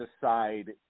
decide